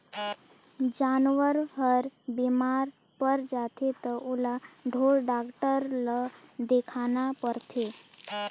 जानवर हर बेमार पर जाथे त ओला ढोर डॉक्टर ल देखाना परथे